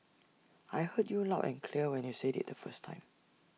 I heard you loud and clear when you said IT the first time